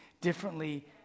differently